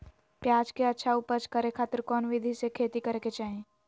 प्याज के अच्छा उपज करे खातिर कौन विधि से खेती करे के चाही?